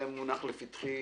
זה מונח לפתחי